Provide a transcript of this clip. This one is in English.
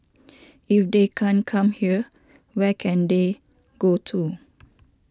if they can't come here where can they go to